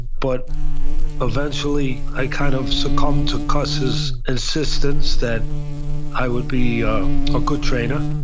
but eventually i kind of succumbed to cus's insistence that i would be a ah good trainer.